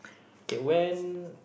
K when